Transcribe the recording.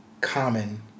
common